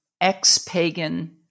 ex-pagan